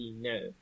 no